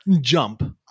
jump